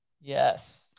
Yes